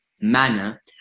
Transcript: manner